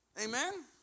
Amen